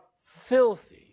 filthy